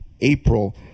april